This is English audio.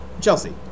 Chelsea